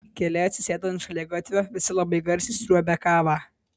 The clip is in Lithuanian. keli atsisėdo ant šaligatvio visi labai garsiai sriuobė kavą